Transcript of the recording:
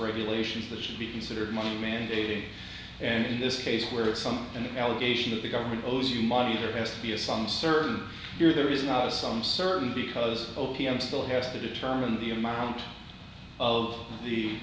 regulations that should be considered money mandated and in this case where it's an allegation that the government owes you money there has to be a song served here there is not some servant because opium still has to determine the amount of the